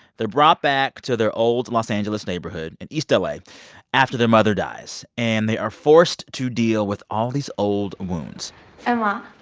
they're brought back to their old los angeles neighborhood in east la ah like after their mother dies, and they are forced to deal with all these old wounds emma,